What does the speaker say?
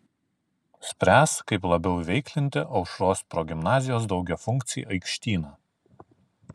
spręs kaip labiau įveiklinti aušros progimnazijos daugiafunkcį aikštyną